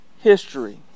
history